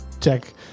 check